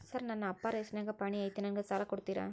Sir ನನ್ನ ಅಪ್ಪಾರ ಹೆಸರಿನ್ಯಾಗ್ ಪಹಣಿ ಐತಿ ನನಗ ಸಾಲ ಕೊಡ್ತೇರಾ?